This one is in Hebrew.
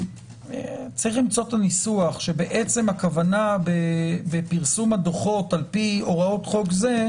צריך למצוא את הניסוח שהכוונה בפרסום הדוחות לפי הוראות חוק זה,